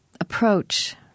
approach